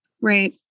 Right